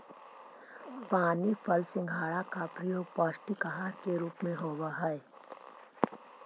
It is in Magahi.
पानी फल सिंघाड़ा का प्रयोग पौष्टिक आहार के रूप में होवअ हई